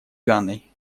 ганой